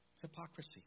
hypocrisy